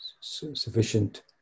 sufficient